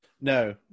no